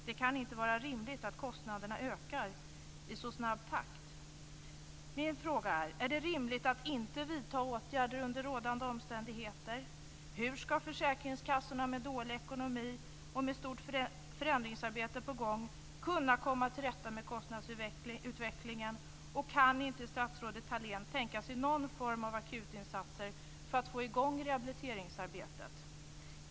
Det kan inte vara rimligt att kostnaderna ökar i så snabb takt. Min fråga är: Är det rimligt att inte vidta åtgärder under rådande omständigheter? Hur ska försäkringskassorna med dålig ekonomi och med stort förändringsarbete på gång kunna komma till rätta med kostnadsutvecklingen? Kan inte statsrådet Thalén tänka sig någon form av akutinsatser för att få i gång rehabiliteringsarbetet?